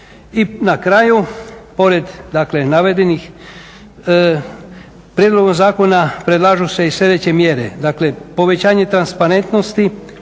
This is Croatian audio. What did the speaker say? I na kraju pored navedenih prijedlogom zakona predlažu se i sljedeće mjere, povećanje transparentnosti